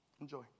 Enjoy